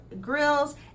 grills